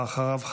ואחריו,